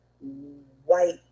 white